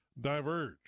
diverge